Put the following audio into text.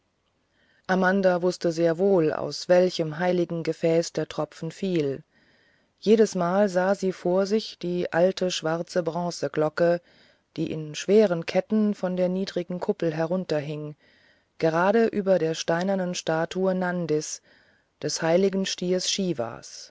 amanda wußte sehr wohl aus welchem heiligen gefäß der tropfen fiel jedesmal sah sie vor sich die alte schwarze bronzeglocke die in schweren ketten von der niedrigen kuppel herunterhing gerade über der steinernen statue nandis des heiligen stiers shivas